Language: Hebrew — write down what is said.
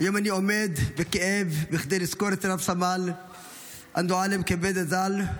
היום אני עומד בכאב כדי לזכור את רב-סמל אנדועלם קבדה ז"ל,